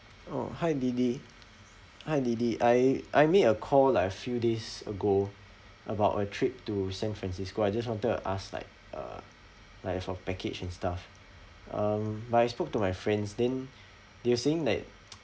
oh hi lily hi lily I I made a call like a few days ago about a trip to san francisco I just wanted to ask like uh like uh for package and stuff um but I spoke to my friends then they're saying like